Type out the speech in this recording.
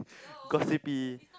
gossipy